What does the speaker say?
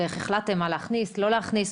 ואיך החלטתם מה להכניס או לא להכניס.